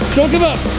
don't give up.